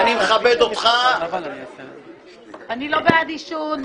אני לא בעד עישון,